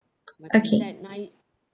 okay